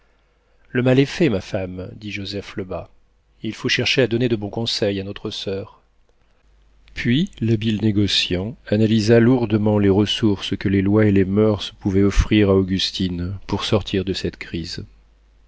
le mal est fait ma femme dit joseph lebas il faut chercher à donner de bons conseils à notre soeur puis l'habile négociant analysa lourdement les ressources que les lois et les moeurs pouvaient offrir à augustine pour sortir de cette crise